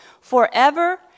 forever